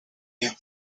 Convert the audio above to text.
you